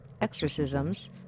exorcisms